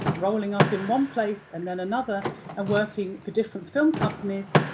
rolling up in one place and then another and working for different film companies,